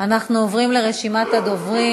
אנחנו עוברים לרשימת הדוברים.